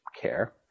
care